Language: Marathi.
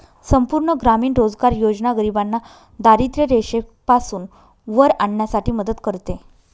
संपूर्ण ग्रामीण रोजगार योजना गरिबांना दारिद्ररेषेपासून वर आणण्यासाठी मदत करते